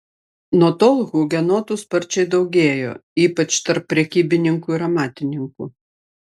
nuo tol hugenotų sparčiai daugėjo ypač tarp prekybininkų ir amatininkų